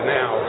now